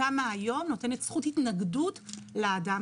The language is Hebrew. התמ"א היום נותנת זכות התנגדות לאדם